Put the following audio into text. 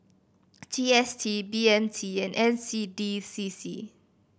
G S T B M T and N C D C C